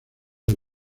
del